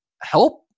help